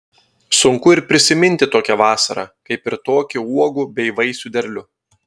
sunku ir prisiminti tokią vasarą kaip ir tokį uogų bei vaisių derlių